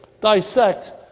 dissect